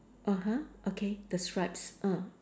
(uh huh) okay the stripes ah